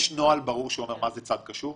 יש נוהל ברור שאומר מה זה צד קשור?